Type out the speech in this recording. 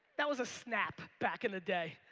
that was a snap back in the day.